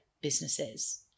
businesses